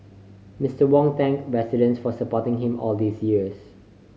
Mister Wong thanked residents for supporting him all these years